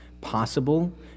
Possible